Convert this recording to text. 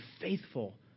faithful